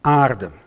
aarde